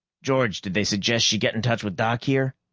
george, did they suggest she get in touch with doc here?